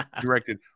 directed